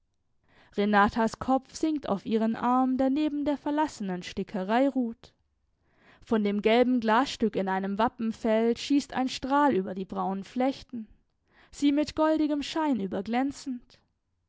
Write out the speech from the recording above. renatas kopf sinkt auf ihren arm der neben der verlassenen stickerei ruht von dem gelben glasstück in einem wappenfeld schießt ein strahl über die braunen flechten sie mit goldigem schein